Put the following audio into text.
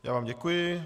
Já vám děkuji.